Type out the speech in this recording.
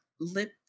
lip